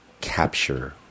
capture